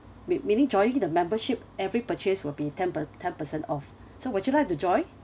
me~ meaning joining the membership every purchase will be ten per~ ten percent off so would you like to join